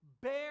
Bear